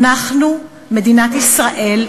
אנחנו, מדינת ישראל,